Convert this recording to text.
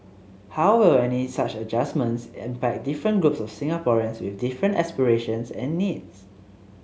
how will any such adjustments impact different groups of Singaporeans with different aspirations and needs